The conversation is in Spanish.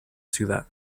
ciudad